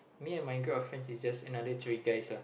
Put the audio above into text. me and my group of friends is just another three guys ah